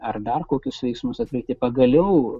ar dar kokius veiksmus atlikti pagaliau